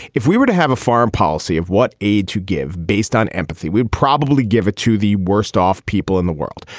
if we were to have a foreign policy of what aid to give based on empathy we'd probably give it to the worst off people in the world.